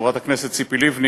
חברת הכנסת ציפי לבני,